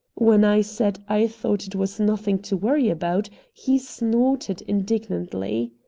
when i said i thought it was nothing to worry about, he snorted indignantly.